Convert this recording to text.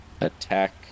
attack